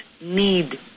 need